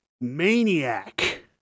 Maniac